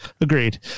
agreed